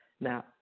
Now